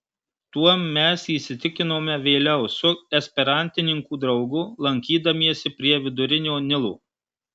tuom mes įsitikinome vėliau su esperantininkų draugu lankydamiesi prie vidurinio nilo